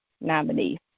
nominee